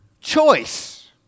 choice